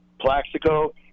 Plaxico